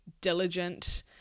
diligent